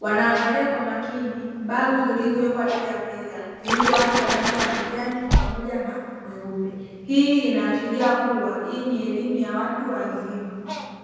Wanaangalia kwa makini balbu zilizowekwa juu ya meza zilizowaka kwa mwanga wa kijani pamoja na mweupe. Hii inaashiria kua hii ni elimu ya watu wazima